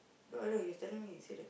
no I know he's telling me say that